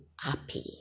happy